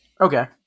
Okay